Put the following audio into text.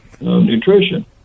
nutrition